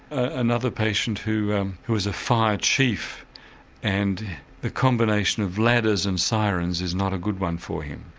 another patient who um who was a fire chief and the combination of ladders and sirens is not a good one for him.